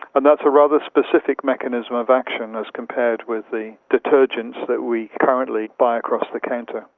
and that's a rather specific mechanism of action as compared with the detergents that we currently buy across the counter.